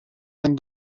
and